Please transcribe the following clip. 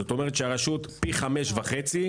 זאת אומרת, שהרשות גדלה פי חמש וחצי.